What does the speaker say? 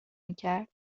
میکرد